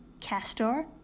castor